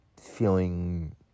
feeling